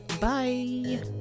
Bye